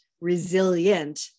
resilient